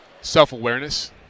Self-awareness